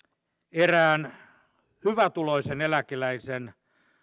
erään hyvätuloisen eläkeläisen